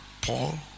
Paul